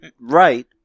Right